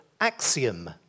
Axiom